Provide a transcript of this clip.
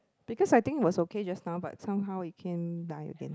because I think it was okay just now but somehow it can die again